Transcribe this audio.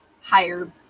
higher